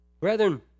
brethren